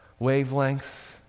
wavelengths